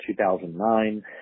2009